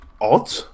odd